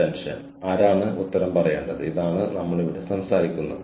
ഞാൻ പറഞ്ഞു കുറച്ച് ചോദ്യങ്ങൾക്ക് ഞാൻ സ്വന്തമായി പ്രതികരിച്ചു